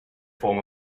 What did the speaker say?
form